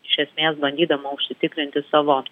iš esmės bandydama užsitikrinti savo